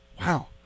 wow